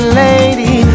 lady